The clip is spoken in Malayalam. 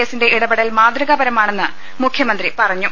എസിന്റെ ഇടപെടൽ മാതൃകാപരമാണെന്ന് മുഖ്യ മന്ത്രി പറഞ്ഞു